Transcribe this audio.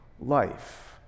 life